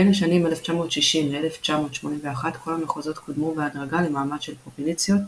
בין השנים 1960–1981 כל המחוזות קודמו בהדרגה למעמד של פרובינציות.